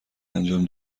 انجام